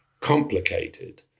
complicated